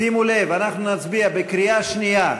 שימו לב, אנחנו נצביע בקריאה שנייה,